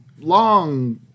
long